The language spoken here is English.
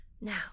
Now